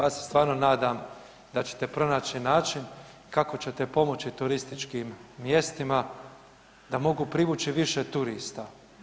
Ja se stvarno nadam da ćete pronaći način kako ćete pomoći turističkim mjestima da mogu privući više turista.